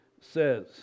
says